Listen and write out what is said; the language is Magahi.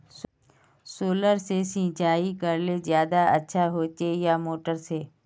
सोलर से सिंचाई करले ज्यादा अच्छा होचे या मोटर से?